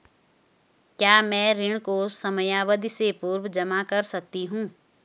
क्या मैं ऋण को समयावधि से पूर्व जमा कर सकती हूँ?